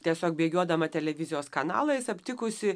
tiesiog bėgiodama televizijos kanalais aptikusi